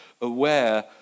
aware